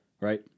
right